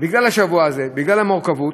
בגלל השבוע הזה, בגלל המורכבות,